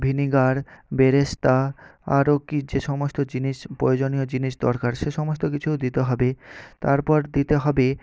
vinegar বেরেস্তা আরও কী যে সমস্ত জিনিস প্রয়োজনীয় জিনিস দরকার সে সমস্ত কিছুও দিতে হবে তারপর দিতে হবে